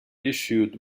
issued